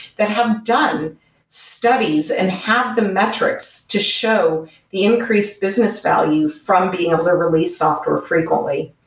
that have done studies and have the metrics to show the increased business value from being able to release software frequently.